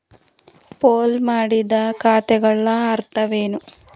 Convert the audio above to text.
Pool ಮಾಡಿದ ಖಾತೆಗಳ ಅರ್ಥವೇನು?